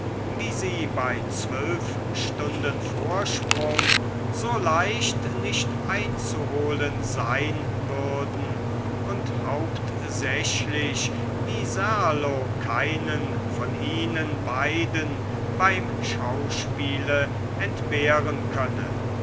wie sie bei zwölf stunden vorsprung so leicht nicht einzuholen sein würden und hauptsächlich wie serlo keinen von ihnen beiden beim schauspiele entbehren könne